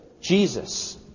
Jesus